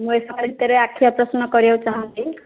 ମୁଁ ଏଇ ସପ୍ତାହ ଭିତରେ ଆଖି ଅପରେସନ୍ କରିବାକୁ ଚାହୁଁଛି